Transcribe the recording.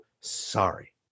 sorry